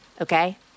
okay